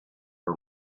for